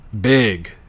big